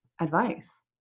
advice